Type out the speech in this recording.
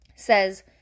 says